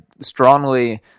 strongly